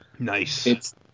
Nice